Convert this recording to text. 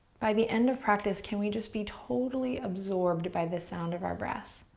by the end of practice, can we just be totally absorbed by the sound of our breath?